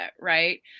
right